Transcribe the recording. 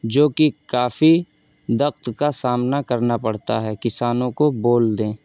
جو کہ کافی دِقّت کا سامنا کرنا پڑتا ہے کسانوں کو بول دیں